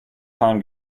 time